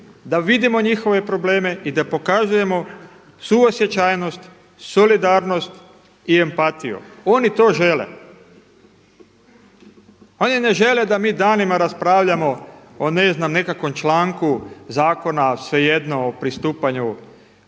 da vidimo njihove probleme i da pokazujemo suosjećajnost, solidarnost i empatiju. Oni to žele. Oni ne žele da mi danima raspravljamo o ne znam nekakvom članku zakona, svejedno o pristupanju